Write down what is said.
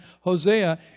Hosea